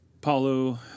Paulo